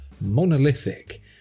Monolithic